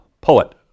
poet